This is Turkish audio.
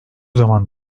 zaman